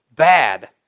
Bad